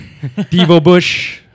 Devo-bush